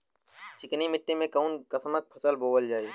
चिकनी मिट्टी में कऊन कसमक फसल बोवल जाई?